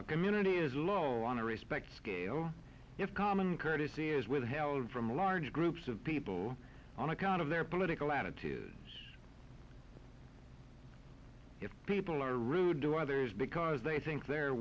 our community is low on the respect scale if common courtesy is with held from large groups of people on account of their political attitudes if people are rude to others because they think their